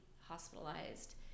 hospitalized